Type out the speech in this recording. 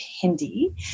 Hindi